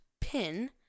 pin